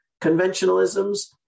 conventionalisms